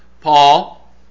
Paul